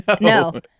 No